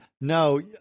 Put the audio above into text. no